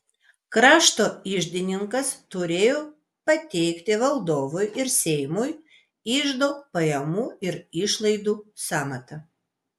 krašto iždininkas turėjo pateikti valdovui ir seimui iždo pajamų ir išlaidų sąmatą